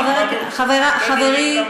חברי,